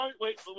wait